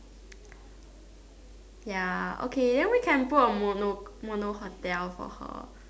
ya okay then we can book a mono mono hotel for her